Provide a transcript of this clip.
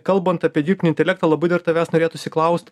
kalbant apie dirbtinį intelektą labai dar tavęs norėtųsi klaust